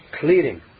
cleaning